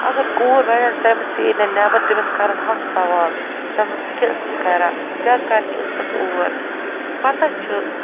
اگر کوٗر وَنہِ آسہِ تٔمِس ژیٖر نٮ۪بر تٔمِس کَرن ہتھ سَوال دپنس ژٕ کیٛاہ ٲسٕکھ کَران کیٛاہ کَرنہِ ٲسٕکھ اور پتاہ چھُ